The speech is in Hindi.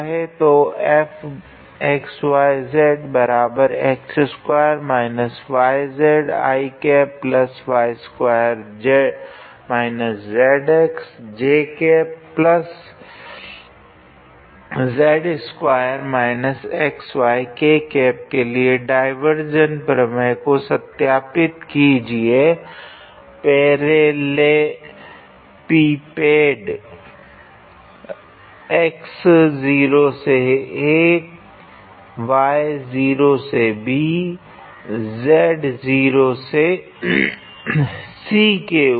तो 𝐹⃗𝑥𝑦𝑧𝑥2−𝑦𝑧𝑖̂𝑦2−𝑧𝑥𝑗̂𝑧2−𝑥𝑦𝑘̂ के लिए डाइवार्जेंस प्रमेय को सत्यापित कीजिए पैरेललेपिपेड 0≤𝑥≤𝑎0≤𝑦≤𝑏0≤𝑧≤𝑐 के ऊपर